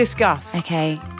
Okay